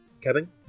Kevin